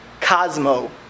Cosmo